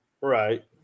Right